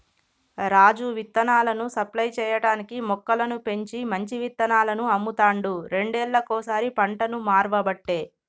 రాజు విత్తనాలను సప్లై చేయటానికీ మొక్కలను పెంచి మంచి విత్తనాలను అమ్ముతాండు రెండేళ్లకోసారి పంటను మార్వబట్టే